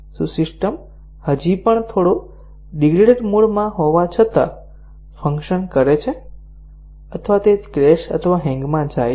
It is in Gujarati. શું સિસ્ટમ હજી પણ થોડો ડિગ્રેડેડ મોડમાં હોવા છતાં ફંક્શન કરે છે અથવા તે ક્રેશ અથવા હેંગમાં જાય છે